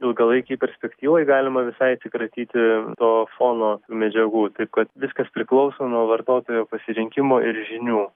ilgalaikėj perspektyvoj galima visai atsikratyti to fono medžiagų taip kad viskas priklauso nuo vartotojo pasirinkimo ir žinių